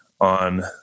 on